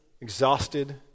exhausted